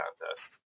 contest